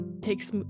takes